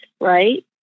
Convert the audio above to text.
right